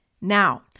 Now